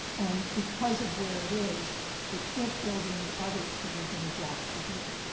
and because of where it is they can't build any others that are going to block the view.